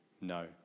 No